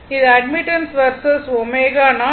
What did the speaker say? இது admittance versus ω0